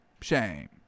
shame